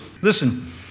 Listen